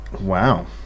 Wow